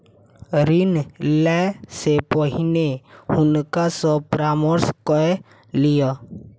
ऋण लै से पहिने हुनका सॅ परामर्श कय लिअ